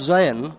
Zion